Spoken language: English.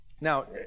Now